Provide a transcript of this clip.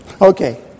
okay